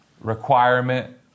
requirement